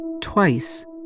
twice